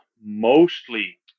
mostly